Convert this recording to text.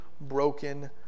broken